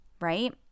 right